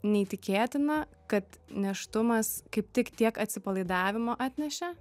neįtikėtina kad nėštumas kaip tik tiek atsipalaidavimo atnešė